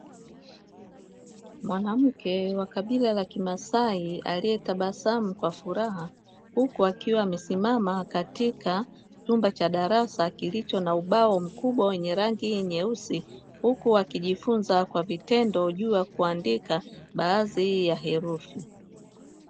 Mwanamke wa kabila la kimasai aliyetabasamu kwa furaha huku akiwa amesimama katika chumba cha darasa kilicho na ubao mkubwa wenye rangi nyeusi, huku akijifunza kwa vitendo juu ya kuandika baadhi ya herufi.